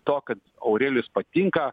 to kad aurelijus patinka